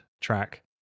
track